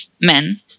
men